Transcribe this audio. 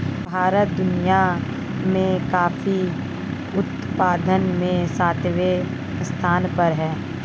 भारत दुनिया में कॉफी उत्पादन में सातवें स्थान पर है